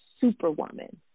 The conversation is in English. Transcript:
superwoman